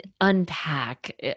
unpack